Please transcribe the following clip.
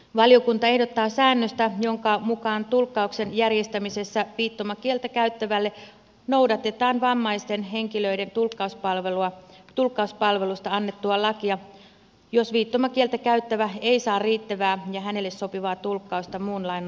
valiokunta ehdottaa säännöstä jonka mukaan tulkkauksen järjestä misessä viittomakieltä käyttävälle noudatetaan vammaisten henkilöiden tulkkauspalvelusta annettua lakia jos viittomakieltä käyttävä ei saa riittävää ja hänelle sopivaa tulkkausta muun lain nojalla